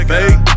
Fake